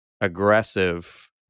aggressive